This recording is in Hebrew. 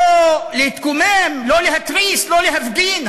לא להתקומם, לא להתריס, לא להפגין.